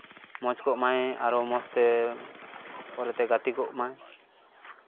ᱢᱚᱡᱽ ᱠᱚᱜ ᱢᱟᱭ ᱟᱨᱚ ᱢᱚᱡᱽ ᱛᱮ ᱯᱚᱨᱮᱛᱮ ᱜᱟᱛᱮ ᱠᱚᱜ ᱢᱟᱭ